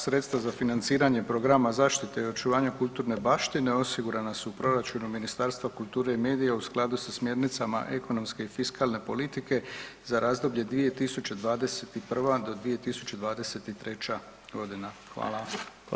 Sredstva za financiranje programa zaštite i očuvanje kulturne baštine osigurana su u proračunu Ministarstva kulture i medija u skladu sa smjernicama ekonomske i fiskalne politike za razdoblje 2021.-2023. g. Hvala.